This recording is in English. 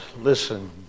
listen